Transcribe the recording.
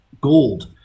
gold